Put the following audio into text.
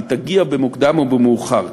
היא תגיע במוקדם או במאוחר.